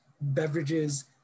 beverages